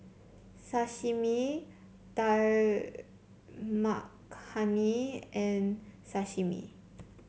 Sashimi Dal Makhani and Sashimi